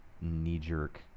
knee-jerk